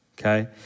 okay